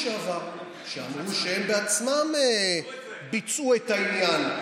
שרי חינוך לשעבר שאמרו שהם ביצעו את העניין.